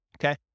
okay